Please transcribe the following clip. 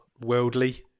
worldly